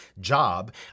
job